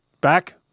back